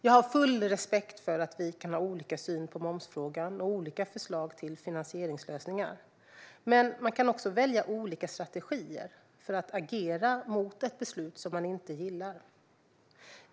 Jag har full respekt för att vi kan ha olika syn på momsfrågan och olika förslag till finansieringslösningar. Men man kan också välja olika strategier för att agera mot ett beslut som man inte gillar.